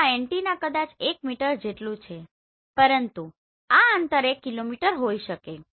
તો આ એન્ટેના કદાચ 1 મીટર જેટલું છે પરંતુ આ અંતર 1 કિલોમીટર હોઈ શકે છે